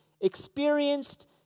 experienced